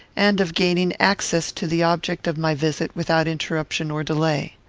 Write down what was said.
and of gaining access to the object of my visit without interruption or delay.